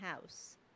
house